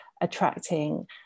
attracting